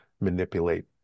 manipulate